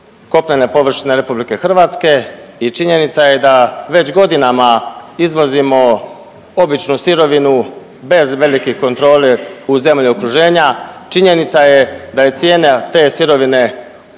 kopnene površine RH i činjenica je da već godinama izvozimo običnu sirovinu bez velike kontrole u zemlje okruženja. Činjenica je da je cijena te sirovine